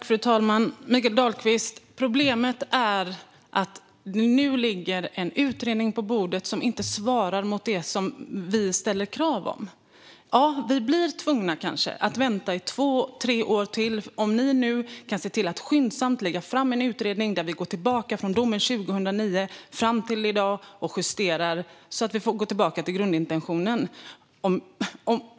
Fru talman! Problemet, Mikael Dahlqvist, är att det nu ligger en utredning på bordet som inte svarar mot det som vi ställer krav på. Ja, vi kanske blir tvungna att vänta i två tre år till, men ni kan skyndsamt lägga fram en utredning där vi går tillbaka från domen 2009 fram till i dag och justerar så att vi återgår till grundintentionen.